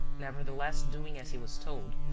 nevertheless doing as he was told.